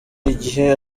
igihe